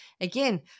again